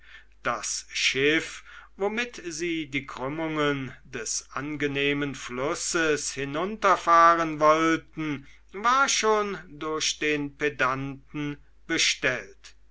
das schiff womit sie die krümmungen des angenehmen flusses hinunterfahren wollten war schon durch den pedanten bestellt